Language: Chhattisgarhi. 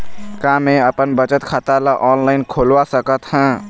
का मैं अपन बचत खाता ला ऑनलाइन खोलवा सकत ह?